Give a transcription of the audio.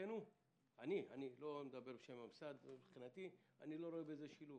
אני לא רואה בזה שילוב.